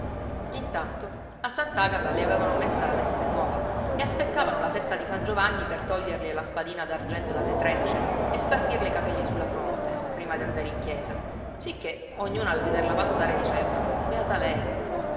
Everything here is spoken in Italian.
intanto a sant'agata le avevano messa la veste nuova e aspettavano la festa di san giovanni per toglierle la spadina d'argento dalle trecce e spartirle i capelli sulla fronte prima d'andare in chiesa sicché ognuna al vederla passare diceva beata lei